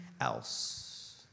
else